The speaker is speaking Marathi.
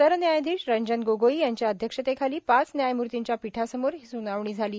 सरन्यायाधीश रंजन गोगोई यांच्या अध्यक्षतेखाली पाच न्यायमूर्तींच्या पीठासमोर ही सुनावणी झाली